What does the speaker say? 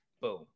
boom